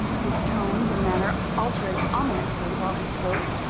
his tones and manner altering ominously while he spoke.